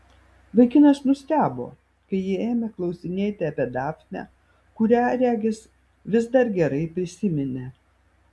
vaikinas nustebo kai ji ėmė klausinėti apie dafnę kurią regis vis dar gerai prisiminė